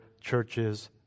churches